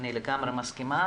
אני לגמרי מסכימה,